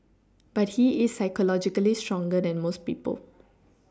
but he is psychologically stronger than most people